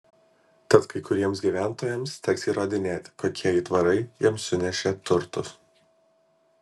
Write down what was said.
tad kai kuriems gyventojams teks įrodinėti kokie aitvarai jiems sunešė turtus